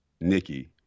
Nikki